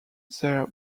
their